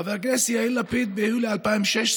חבר הכנסת יאיר לפיד ביולי 2016: